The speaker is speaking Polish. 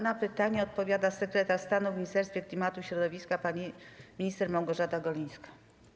Na pytanie odpowiada sekretarz stanu w Ministerstwie Klimatu i Środowiska pani minister Małgorzata Golińska.